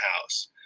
house